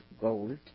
gold